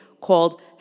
called